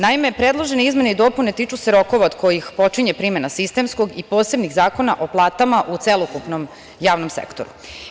Naime, predložene izmene i dopune tiču se rokova od kojih počinje primena sistemskog i posebnih zakona o platama u celokupnom javnom sektoru.